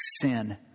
sin